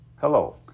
Hello